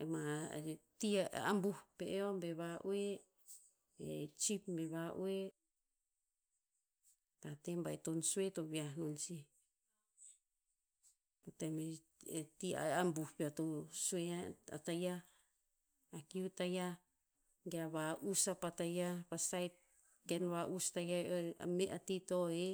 Ama ti a abuh pe eo be va'oeh, e chief bi va'oeh, tate baiton sue to viah non sih. Po tem e- e ti a- a abuh peo to, sue a, a tayiah, a kiu tayiah, ge a va'us apa tayiah pa saet, ken va'us tayiah a ti to he.